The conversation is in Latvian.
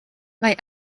vai